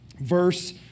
verse